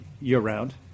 year-round